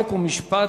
חוק ומשפט